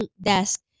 desk